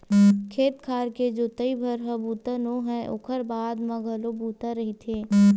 खेत खार के जोतइच भर ह बूता नो हय ओखर बाद म घलो बूता रहिथे